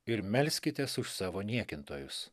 ir melskitės už savo niekintojus